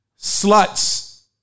Sluts